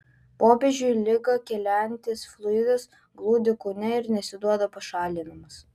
popiežiui ligą keliantis fluidas glūdi kūne ir nesiduoda pašalinamas